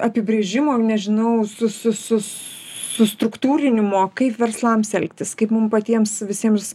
apibrėžimo nežinau su su su su struktūrinimo kaip verslams elgtis kaip mum patiems visiems